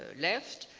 ah left.